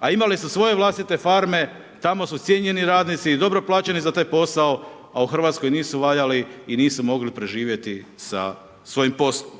a imali su svoje vlastite farme. Tamo su cijenjeni radnici i dobro plaćeni za taj posao, a u RH nisu valjali i nisu mogli preživjeti sa svojim poslom.